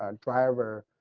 um driver